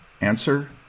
Answer